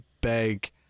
big